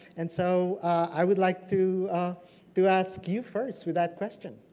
and so i would like to to ask you first with that question.